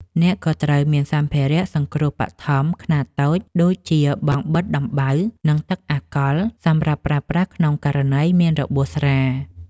អ្នកក៏ត្រូវមានសម្ភារៈសង្គ្រោះបឋមខ្នាតតូចដូចជា បង់បិទដំបៅ និងទឹកអាល់កុល សម្រាប់ប្រើប្រាស់ក្នុងករណីមានរបួសស្រាល។